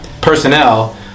personnel